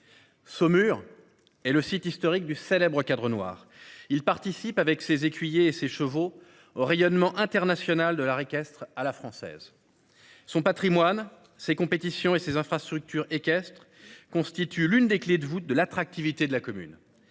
Saumur et le site historique du célèbre Cadre Noir il participe avec ses écuyer et ses chevaux au rayonnement international de l'art équestre à la française. Son Patrimoine ces compétitions et ses infrastructures équestre constitue l'une des clés de voûte de l'attractivité de la commune.